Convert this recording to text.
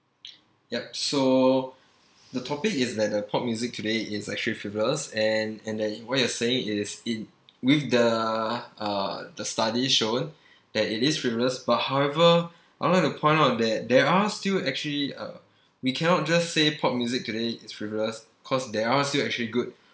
yup so the topic is that uh pop music today is actually frivolous and and a way of saying is it with the uh the study shown that it is frivolous but however I would like to point out that there are still actually uh we cannot just say pop music today is frivolous cause there are still actually good